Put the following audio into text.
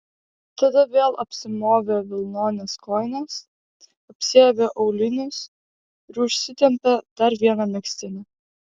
tada vėl apsimovė vilnones kojines apsiavė aulinius ir užsitempė dar vieną megztinį